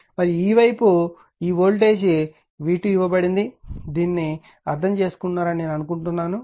మరియు ఈ వైపు వోల్టేజ్ ఈ వైపు వోల్టేజ్ v2 ఇవ్వబడింది మీరు దీన్ని అర్థం చేసుకున్నారని ఆశిస్తున్నాను